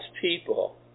people